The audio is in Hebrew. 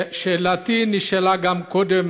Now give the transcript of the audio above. שאלתי נשאלה גם קודם,